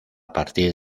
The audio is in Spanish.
partir